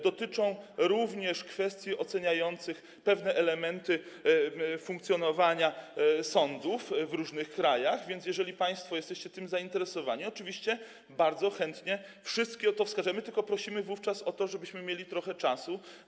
Dotyczą również kwestii oceniających pewne elementy funkcjonowania sądów w różnych krajach, więc jeżeli państwo jesteście tym zainteresowani, to oczywiście bardzo chętnie wszystkie wskażemy, tylko prosimy o to, żebyśmy mieli wówczas trochę czasu.